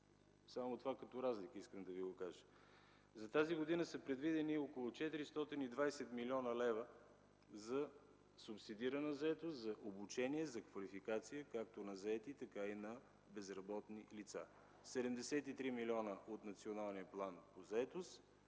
Само това искам да Ви кажа като разлика: за тази година са предвидени около 420 млн. лв. за субсидирана заетост за обучение, за квалификация, както на заети, така и на безработни лица. 73 милиона от Националния план по заетост